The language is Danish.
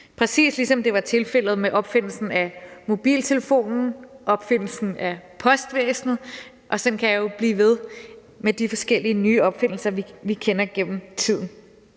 præcis ligesom det var tilfældet med opfindelsen af mobiltelefonen, opfindelsen af postvæsenet, og sådan kan jeg jo blive ved med at nævne de forskellige nye opfindelser, vi kender igennem tiden